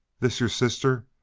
this yer sister?